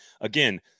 again